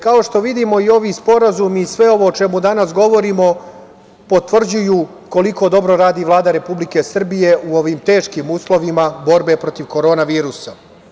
Kao što vidimo, ovi sporazumi i sve ovo o čemu danas govorimo potvrđuju koliko dobro radi Vlada Republike Srbije u ovim teškim uslovima borbe protiv korona virusa.